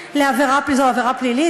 זו עבירה פלילית,